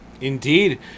Indeed